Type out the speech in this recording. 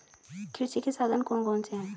कृषि के साधन कौन कौन से हैं?